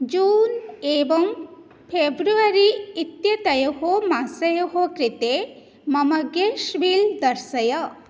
जून् एवं फेब्रवरी एत्यतयोः मासयोः कृते मम गेष् विल् दर्शय